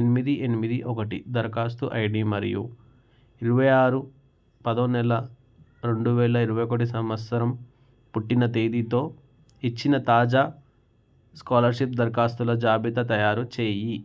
ఎనిమిది ఎనిమిది ఒకటి దరఖాస్తు ఐడి మరియు ఇరవై ఆరు పదో నెల రెండు వేల ఇరవై ఒకటి సంవత్సరం పుట్టిన తేదీతో ఇచ్చిన తాజా స్కాలర్షిప్ దరఖాస్తుల జాబితా తయారు చేయి